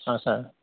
अ सार